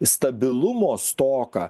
stabilumo stoką